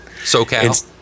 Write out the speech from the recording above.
SoCal